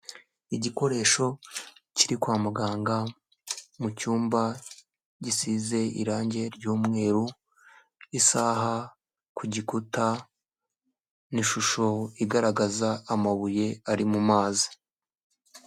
Igikoresho kiri kwa muganga mu cyumba gisize irangi ry'umweru, isaha ku gikuta n'ishusho igaragaza amabuye ari mu mazi.